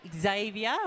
Xavier